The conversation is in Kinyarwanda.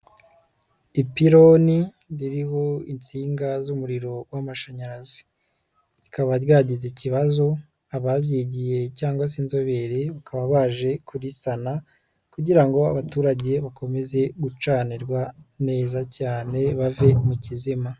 Ipironi ririho insinga z'umuriro w'amashanyarazi. Rikaba ryagize ikibazo, ababyigiye cyangwa se inzobere, bakaba baje kurisana kugira ngo abaturage bakomeze gucanirwa neza cyane, bave mu kizima.